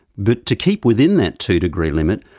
but to keep within that two degree limit,